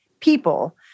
people